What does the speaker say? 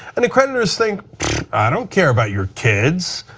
and creditors think i don't care about your kids.